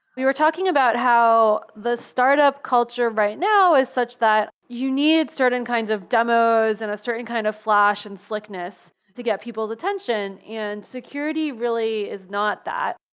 we were talking about how the startup culture right now is such that you need certain kinds of demos and a certain kind of flash and slickness to get people's attention, and security really is not that.